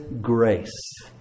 grace